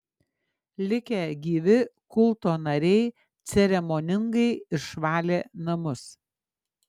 likę gyvi kulto nariai ceremoningai išvalė namus